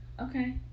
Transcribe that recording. Okay